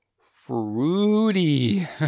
fruity